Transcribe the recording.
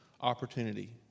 opportunity